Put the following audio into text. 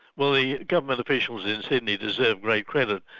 well the government officials in sydney deserve great credit.